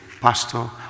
Pastor